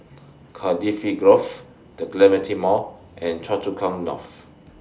Cardifi Grove The Clementi Mall and Choa Chu Kang North